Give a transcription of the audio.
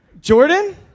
Jordan